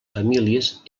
famílies